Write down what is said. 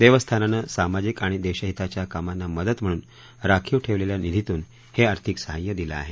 देवस्थानानं सामाजिक आणि देशहिताच्या कामांना मदत म्हणून राखीव ठेवलेल्या निधीतून हे आर्थिक सहाय्य दिलं आहे